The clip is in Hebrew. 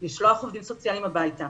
לשלוח עובדים סוציאליים הביתה